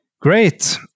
great